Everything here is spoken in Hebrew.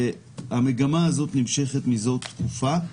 זאת מגמה שנמשכת תקופה.